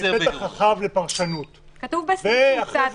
זו נראית לי אמירה רחבה שנותנת פתח רחב לפרשנות ואחרי זה